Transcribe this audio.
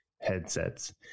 headsets